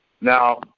Now